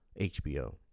HBO